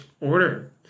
order